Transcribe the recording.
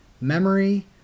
memory